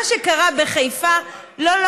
מה שקרה בחיפה, עדיף גשם זלעפות על לא-גשם.